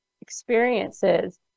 experiences